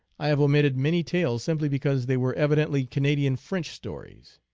i have omitted many tales simply because they were evidently canadian french stories.